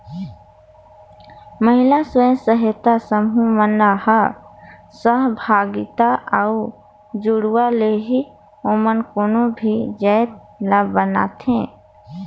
महिला स्व सहायता समूह मन ह सहभागिता अउ जुड़ाव ले ही ओमन कोनो भी जाएत ल बनाथे